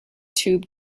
tube